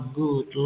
good